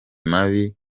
mabi